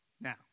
Now